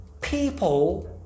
people